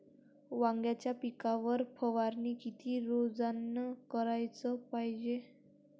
वांग्याच्या पिकावर फवारनी किती रोजानं कराच पायजे?